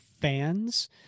fans